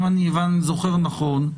אם אני זוכר נכון,